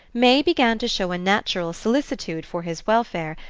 may began to show a natural solicitude for his welfare,